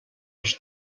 als